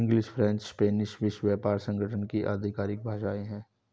English, French और Spanish विश्व व्यापार संगठन की आधिकारिक भाषाएं है